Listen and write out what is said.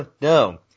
no